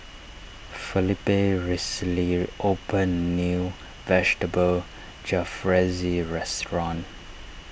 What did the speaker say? Felipe recently opened new Vegetable Jalfrezi restaurant